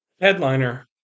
Headliner